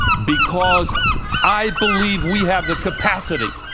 because i believe we have the capacity,